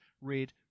red